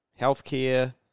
healthcare